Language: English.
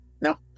No